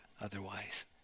otherwise